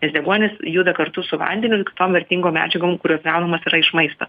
nes deguonis juda kartu su vandeniu ir kitom vertingom medžiagom kurios gaunamos yra iš maisto